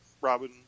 Robin